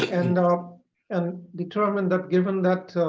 and um and determined that given that,